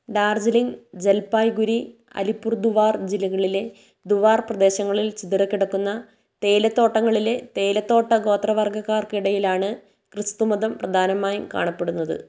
ഡാർജിലിംഗ് ജൽപായ്ഗുരി അലിപുർദുവാർ ജില്ലകളിലെ ദുവാർ പ്രദേശങ്ങളിൽ ചിതറിക്കിടക്കുന്ന തേയിലത്തോട്ടങ്ങളിലെ തേയിലത്തോട്ട ഗോത്രവർഗ്ഗക്കാർക്കിടയിലാണ് ക്രിസ്തുമതം പ്രധാനമായും കാണപ്പെടുന്നത്